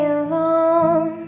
alone